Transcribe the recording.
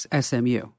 SMU